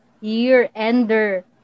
year-ender